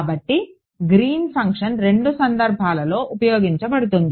కాబట్టి Green function రెండు సందర్భాలలో ఉపయోగించబడుతుంది